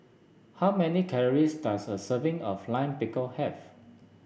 how many calories does a serving of Lime Pickle have